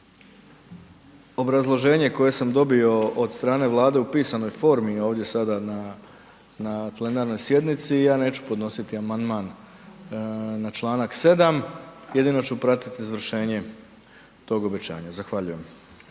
obrazloženje koje sam dobio od strane Vlade u pisanoj formi ovdje sada na plenarnoj sjednici, ja neću podnositi amandman na članak 7., jedino ću pratiti izvršenje tog obećanja, zahvaljujem.